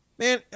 Man